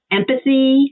empathy